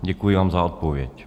Děkuji vám za odpověď.